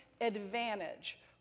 advantage